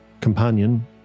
companion